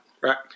right